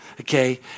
Okay